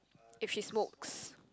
if he's smokes